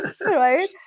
right